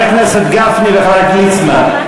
חבר הכנסת גפני וחבר הכנסת ליצמן,